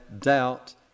doubt